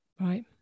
right